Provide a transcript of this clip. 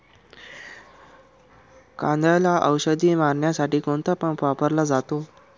कांद्याला औषध मारण्यासाठी कोणता पंप वापरला जातो?